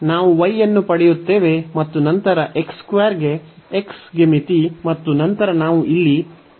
ನಾವು y ಅನ್ನು ಪಡೆಯುತ್ತೇವೆ ಮತ್ತು ನಂತರಗೆ x ಗೆ ಮಿತಿ ಮತ್ತು ನಂತರ ನಾವು ಇಲ್ಲಿ dx ಅನ್ನು ಹೊಂದಿದ್ದೇವೆ